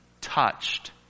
touched